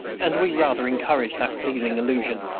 and we rather encouraged that pleasing illusion.